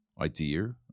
idea